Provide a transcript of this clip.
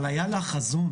אבל היה לה חזון.